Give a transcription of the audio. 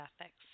ethics